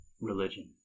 Religion